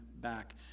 back